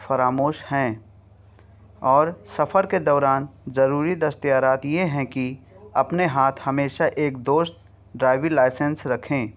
فراموش ہیں اور سفر کے دوران ضروری دستیارات یہ ہیں کہ اپنے ہاتھ ہمیشہ ایک دوست ڈرائیوری لائسنس رکھیں